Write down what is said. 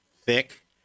thick